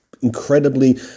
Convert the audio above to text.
incredibly